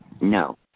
No